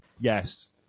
yes